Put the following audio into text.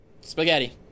spaghetti